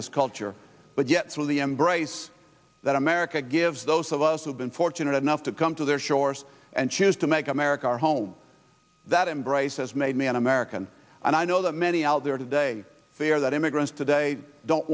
this culture but yet through the embrace that america gives those of us who've been fortunate enough to come to their shores and choose to make america our home that embraces made me an american and i know that many out there today fear that immigrants today don't